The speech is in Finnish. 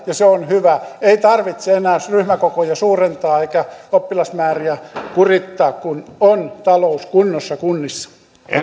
ja se on hyvä ei tarvitse enää ryhmäkokoja suurentaa eikä oppilasmääriä kurittaa kun on talous kunnossa kunnissa